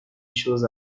chose